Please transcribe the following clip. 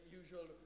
usual